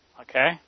Okay